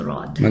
Rod